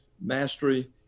mastery